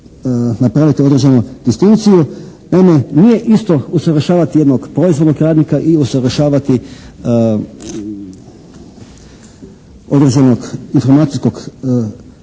napraviti određenu distinkciju. Naime nije isto usavršavati jednog proizvodnog radnika i usavršavati određenog informacijskog stručnjaka